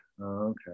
okay